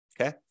okay